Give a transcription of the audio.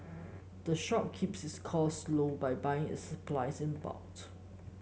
the shop keeps its cost low by buying its supplies in bulk